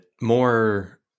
more